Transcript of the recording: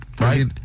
Right